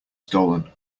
stolen